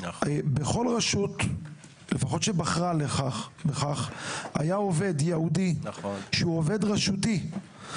בכל רשות שבחרה בכך היה עובד ייעודי שהוא עובד רשותי,